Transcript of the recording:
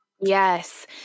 Yes